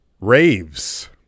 raves